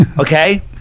okay